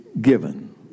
given